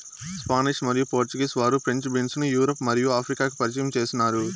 Spanish మరియు Portuguese వారు French beans ను యూరప్ మరియు ఆఫ్రికాకు పరిచయం చేసినారు